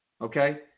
okay